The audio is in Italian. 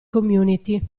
community